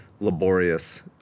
laborious